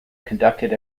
conducted